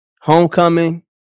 homecoming